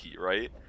right